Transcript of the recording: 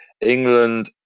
England